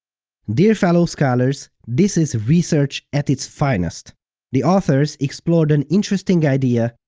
dear fellow scholars, this is research at its finest the authors explored an interesting idea,